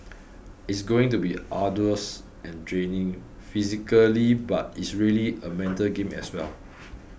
it's going to be arduous and draining physically but it's really a mental game as well